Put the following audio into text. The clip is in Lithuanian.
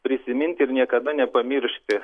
prisiminti ir niekada nepamiršti